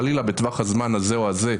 חלילה בטווח הזמן הזה או הזה,